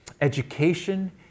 education